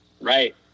right